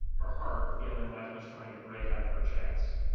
her heart feeling like it was trying to break out of her chest.